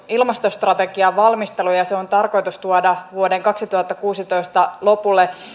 ilmastostrategian valmistelu ja se on tarkoitus tuoda vuoden kaksituhattakuusitoista